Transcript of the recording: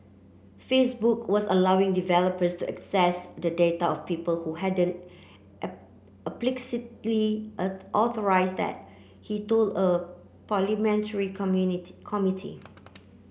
Facebook was allowing developers to access the data of people who hadn't explicitly authorised that he told a parliamentary committee